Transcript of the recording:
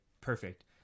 perfect